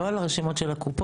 לא על הרשימות של הקופות.